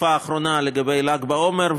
בתקופה האחרונה לגבי ל"ג בעומר,